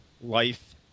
life